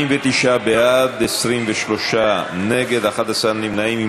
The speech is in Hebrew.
49 בעד, 23 נגד, 11 נמנעים.